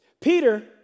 Peter